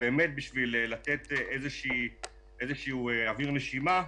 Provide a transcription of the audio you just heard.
באמת בשביל לתת איזשהו אוויר לנשימה,